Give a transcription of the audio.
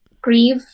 grieve